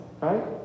Right